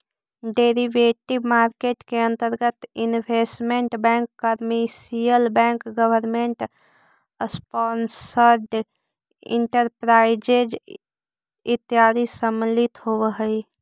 derivative market के अंतर्गत investment bank commercial bank government sponsored enterprises इत्यादि सम्मिलित होवऽ हइ